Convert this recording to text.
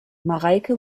mareike